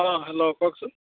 অঁ হেল্ল' কওকচোন